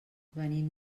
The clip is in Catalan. venim